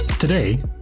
Today